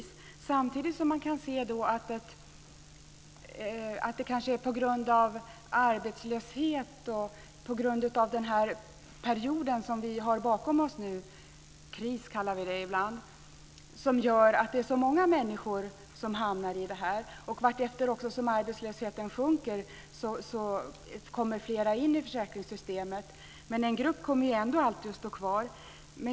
Samtidigt kan vi se att det kanske är på grund av arbetslöshet och den period som vi har bakom oss - kris kallar vi det ibland - som så många människor hamnar i denna situation. Vartefter som arbetslösheten sjunker kommer fler in i försäkringssystemet, men en grupp kommer ändå alltid att stå kvar.